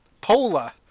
Polar